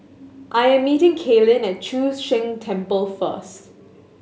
I am meeting Kaelyn at Chu Sheng Temple first